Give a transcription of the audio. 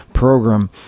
program